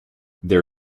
there